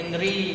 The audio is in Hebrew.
הנרי,